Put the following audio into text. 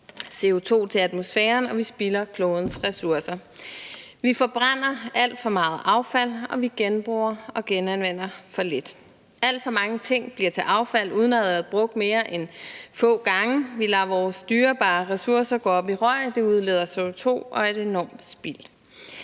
CO₂ til atmosfæren, og vi spilder klodens ressourcer. Vi forbrænder alt for meget affald, og vi genbruger og genanvender for lidt. Alt for mange ting bliver til affald uden at være blevet brugt mere end få gange. Vi lader vores dyrebare ressourcer gå op i røg. Det udleder CO₂ og er et enormt spild.